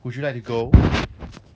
would you like to go